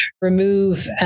remove